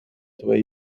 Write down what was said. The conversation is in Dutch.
twee